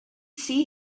see